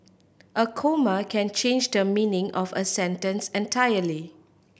a comma can change the meaning of a sentence entirely